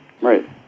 right